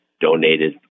donated